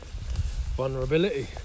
vulnerability